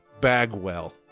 Bagwell